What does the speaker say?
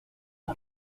les